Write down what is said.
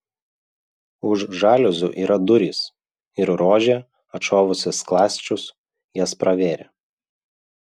už žaliuzių yra durys ir rožė atšovusi skląsčius jas pravėrė